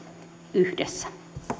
yhdessä